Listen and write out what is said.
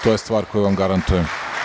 To je stvar koju vam garantujem.